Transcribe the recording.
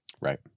right